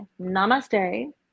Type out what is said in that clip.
Namaste